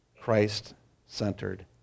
Christ-centered